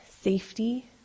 safety